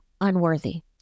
unworthy